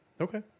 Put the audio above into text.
Okay